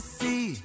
see